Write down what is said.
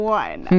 one